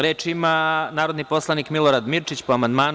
Reč ima narodni poslanik Milorad Mirčić, po amandmanu.